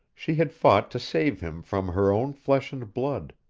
she had fought to save him from her own flesh and blood,